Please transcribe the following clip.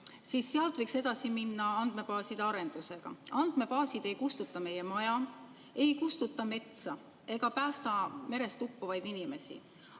siis sealt võiks edasi minna andmebaaside arendusega. Andmebaasid ei kustuta meie maja, ei kustuta metsa ega päästa merest uppuvaid inimesi,